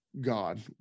God